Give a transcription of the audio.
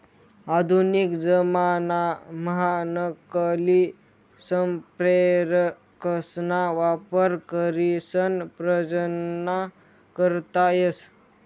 आधुनिक जमानाम्हा नकली संप्रेरकसना वापर करीसन प्रजनन करता येस